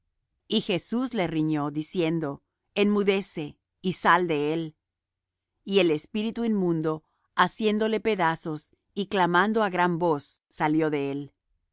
y jesús le riñó diciendo enmudece y sal de él y el espíritu inmundo haciéndole pedazos y clamando á gran voz salió de él